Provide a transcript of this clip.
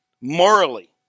morally